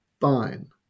fine